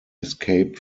escaped